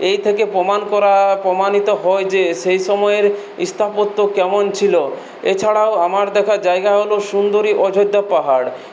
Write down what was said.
এই থেকে প্রমাণ করা প্রমাণিত হয় যে সেই সময়ের স্থাপত্য কেমন ছিল এছাড়াও আমার দেখা জায়গা হলো সুন্দরী অযোধ্যা পাহাড়